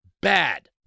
bad